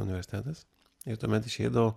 universitetas ir tuomet išeidavau